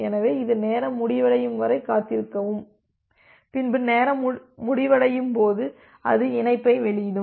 எனவே இது நேரம் முடிவடையும் வரை காத்திருக்கும் பின்பு நேரம் முடிவடையும் போது அது இணைப்பை வெளியிடும்